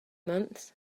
months